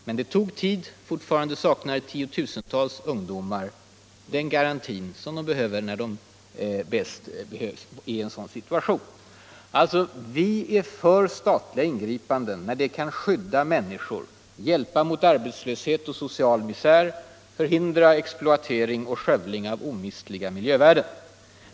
Men det tog tid, och fortfarande saknar tiotusentals ungdomar en garanti som de behöver i en sådan situation. Vi är för statliga ingripanden när de kan skydda människorna, hjälpa mot arbetslöshet och social misär och förhindra exploatering och skövling av omistliga miljövärden.